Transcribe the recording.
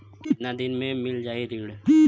कितना दिन में मील जाई ऋण?